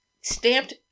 stamped